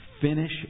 Finish